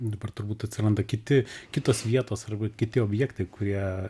dabar turbūt atsiranda kiti kitos vietos arba kiti objektai kurie